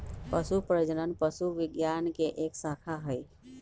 पशु प्रजनन पशु विज्ञान के एक शाखा हई